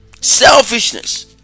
selfishness